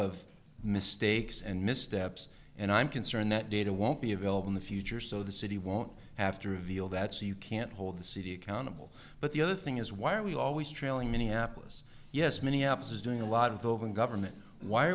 of mistakes and missteps and i'm concerned that data won't be available in the future so the city won't have to reveal that so you can't hold the city accountable but the other thing is why are we always trailing minneapolis yes many apps is doing a lot of the open government why